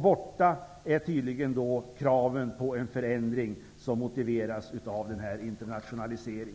Borta är tydligen kraven på en förändring som motiveras av internationaliseringen.